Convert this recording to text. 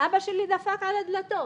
אבא שלי דפק על הדלתות: